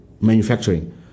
Manufacturing